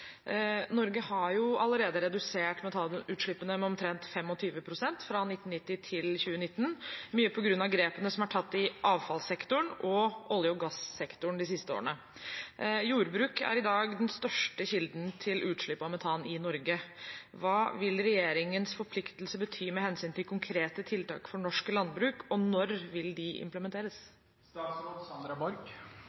Norge har allerede redusert metanutslippene med omtrent 25 prosent fra 1990 til 2019, mye på grunn av grepene som er tatt i avfallssektoren og olje- og gassektoren de siste årene. Jordbruk er i dag den største kilden til utslipp av metan i Norge. Hva vil regjeringens forpliktelse bety med hensyn til konkrete tiltak for norsk landbruk, og når vil de implementeres?»